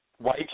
White